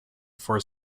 for